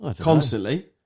Constantly